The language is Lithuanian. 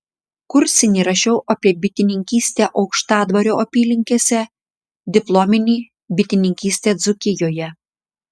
kursinį rašiau apie bitininkystę aukštadvario apylinkėse diplominį bitininkystę dzūkijoje